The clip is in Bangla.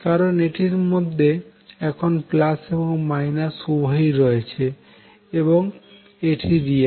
কারন এটির মধ্যে এখন প্লাস এবং মাইনাস উভয় রয়েছে এবং এই জন্য এটি রিয়েল